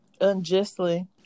unjustly